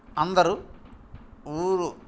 అందరూ ఊరు